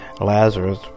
Lazarus